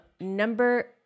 number